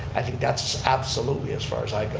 i think that's absolutely as far as i go.